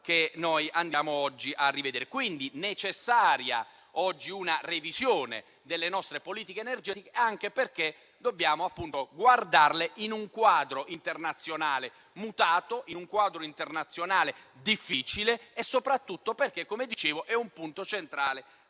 che andiamo oggi a rivedere. Si rende dunque necessaria una revisione delle nostre politiche energetiche, anche perché dobbiamo guardare in un quadro internazionale mutato e difficile e soprattutto perché, come dicevo, è un punto centrale